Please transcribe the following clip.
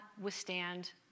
withstand